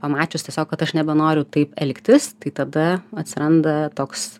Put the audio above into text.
pamačius tiesiog kad aš nebenoriu taip elgtis tai tada atsiranda toks